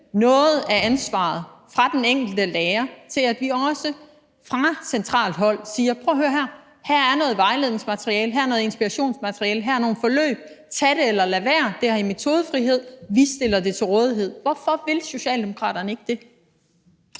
noget af ansvaret fra den enkelte lærer ved fra centralt hold at sige: Prøv at høre her, her er noget vejledningsmateriale, her er noget inspirationsmateriale, her er nogle forløb; tag det, eller lad være, der har I metodefrihed, men vi stiller det til rådighed. Hvorfor vil Socialdemokraterne ikke det?